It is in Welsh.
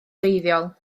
wreiddiol